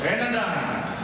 אין עדיין.